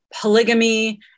polygamy